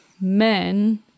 men